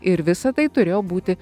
ir visa tai turėjo būti